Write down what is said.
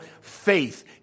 faith